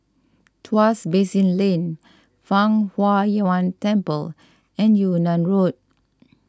Tuas Basin Lane Fang Huo Yuan Temple and Yunnan Road